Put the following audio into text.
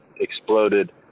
exploded